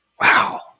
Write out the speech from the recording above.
wow